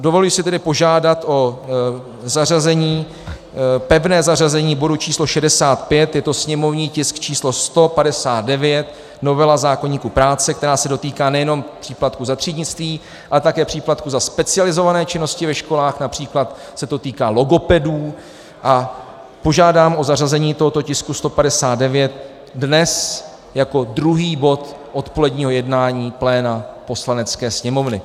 Dovoluji si tedy požádat o pevné zařazení bodu č. 65, je to sněmovní tisk č. 159, novela zákoníku práce, která se dotýká nejenom příplatku za třídnictví, ale také příplatku za specializované činnosti ve školách, například se to týká logopedů, a požádám o zařazení tohoto tisku 159 dnes jako druhý bod odpoledního jednání pléna Poslanecké sněmovny.